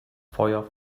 feuer